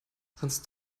sonst